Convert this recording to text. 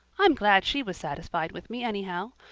i'm glad she was satisfied with me anyhow,